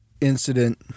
incident